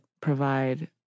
provide